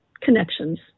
connections